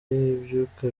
ibyuka